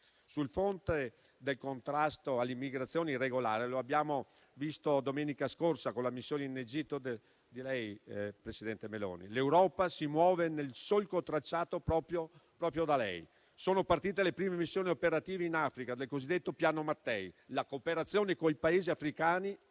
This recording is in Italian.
Sul fronte del contrasto all'immigrazione irregolare - lo abbiamo visto domenica scorsa con la sua missione in Egitto, presidente Meloni - l'Europa si muove nel solco tracciato proprio da lei. Sono partite le prime missioni operative in Africa del cosiddetto Piano Mattei. La cooperazione con i Paesi africani